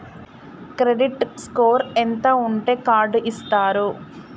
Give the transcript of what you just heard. Credit score ఎంత ఉంటే card ఇస్తారు?